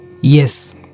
Yes